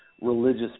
religious